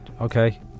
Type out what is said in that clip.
Okay